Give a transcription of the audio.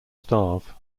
starve